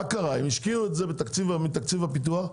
מה קרה הם השקיעו את זה מתקציב הפיתוח.